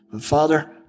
Father